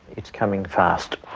it's coming fast.